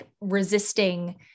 resisting